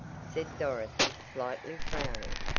said dorothy slightly frowning,